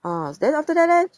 ah then after that leh